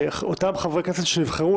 אותם חברי כנסת שנבחרו,